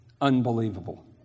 Unbelievable